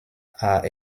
are